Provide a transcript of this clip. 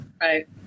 Right